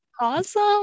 awesome